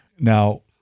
Now